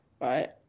right